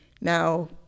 Now